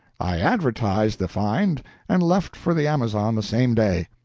i advertised the find and left for the amazon the same day.